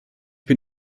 bin